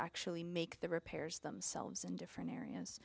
actually make the repairs themselves in different areas